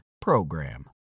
PROGRAM